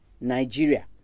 Nigeria